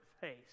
face